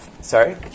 Sorry